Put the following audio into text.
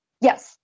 Yes